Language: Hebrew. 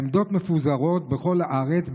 העמדות מפוזרות בכל הארץ,